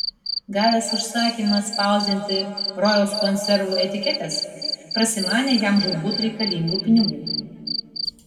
gavęs užsakymą spausdinti rojaus konservų etiketes prasimanė jam žūtbūt reikalingų pinigų